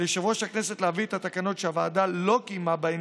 על יושב-ראש הכנסת להביא את התקנות שהוועדה לא קיימה בהן